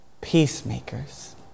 peacemakers